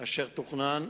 אשר תוכנן